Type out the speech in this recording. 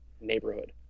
neighborhood